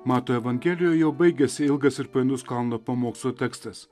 mato evangelijoj jau baigėsi ilgas ir painus kalno pamokslo tekstas